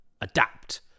adapt